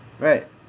right